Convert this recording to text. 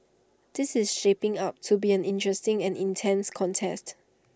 this is shaping up to be an interesting and intense contest